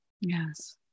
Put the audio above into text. yes